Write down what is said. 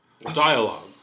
Dialogue